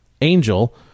Angel